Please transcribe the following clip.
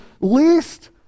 least